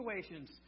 situations